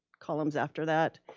columns after that.